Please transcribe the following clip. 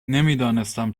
نمیدانستم